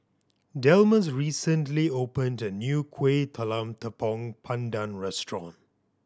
Delmus recently opened a new Kueh Talam Tepong Pandan restaurant